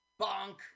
Bonk